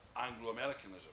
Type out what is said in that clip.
Anglo-Americanism